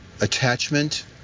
attachment